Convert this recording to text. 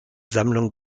sammlung